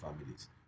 families